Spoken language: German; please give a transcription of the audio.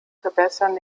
verbessern